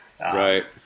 right